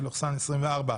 מ/1547.